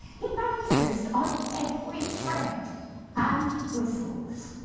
he bounces on every tread and whistles.